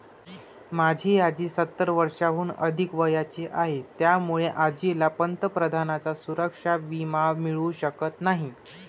माझी आजी सत्तर वर्षांहून अधिक वयाची आहे, त्यामुळे आजीला पंतप्रधानांचा सुरक्षा विमा मिळू शकत नाही